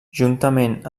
juntament